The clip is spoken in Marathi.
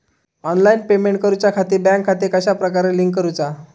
ऑनलाइन पेमेंट करुच्याखाती बँक खाते कश्या प्रकारे लिंक करुचा?